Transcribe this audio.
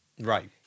right